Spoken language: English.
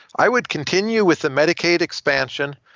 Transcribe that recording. i would continue with the medicaid expansion.